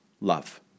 love